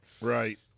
right